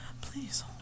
Please